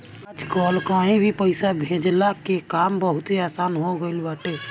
आजकल कहीं भी पईसा भेजला के काम बहुते आसन हो गईल बाटे